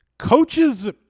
coaches